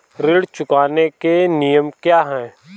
ऋण चुकाने के नियम क्या हैं?